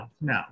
no